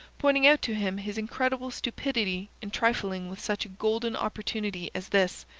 pointing out to him his incredible stupidity in trifling with such a golden opportunity as this.